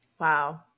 Wow